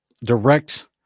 direct